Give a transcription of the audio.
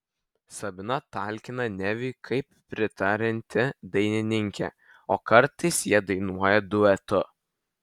sabina talkina neviui kaip pritarianti dainininkė o kartais jie dainuoja duetu